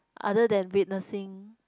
other than witnessing